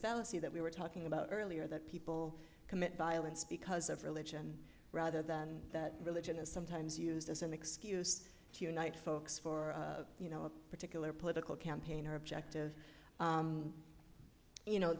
fallacy that we were talking about earlier that people commit violence because of religion rather than that religion is sometimes used as an excuse to unite folks for you know a particular political campaign or objective you know